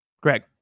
greg